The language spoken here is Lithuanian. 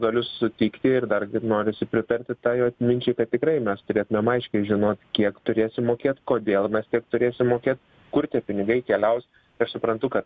galiu sutikti ir dar norisi pritarti tai jo minčiai kad tikrai mes turėtumėm aiškiai žinot kiek turėsim mokėt kodėl mes kiek turėsim mokėt kur tie pinigai keliaus aš suprantu kad